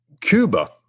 Cuba